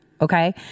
okay